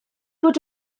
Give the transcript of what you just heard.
fod